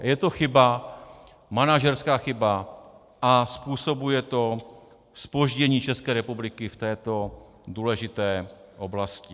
Je to chyba, manažerská chyba, a způsobuje to zpoždění České republiky v této důležité oblasti.